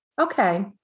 okay